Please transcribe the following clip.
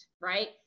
right